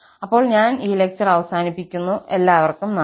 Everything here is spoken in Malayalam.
അപ്പോൾ ഞാൻ ഈ ലെക്ചർ അവസാനിപ്പിക്കുന്നു എല്ലാവർക്കും നന്ദി